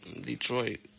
Detroit